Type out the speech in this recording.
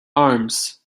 arms